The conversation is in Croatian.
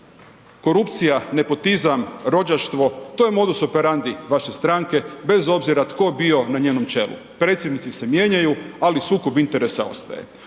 korupcija, nepotizam, rođaštvo, to je modus operandi vaše stranke bez obzira tko bio na njenom čelu. Predsjednici se mijenjaju, ali sukob interesa ostaje.